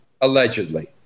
allegedly